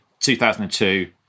2002